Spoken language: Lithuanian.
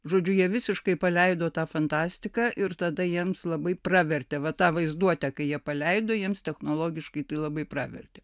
žodžiu jie visiškai paleido tą fantastiką ir tada jiems labai pravertė va tą vaizduotę kai jie paleido jiems technologiškai tai labai pravertė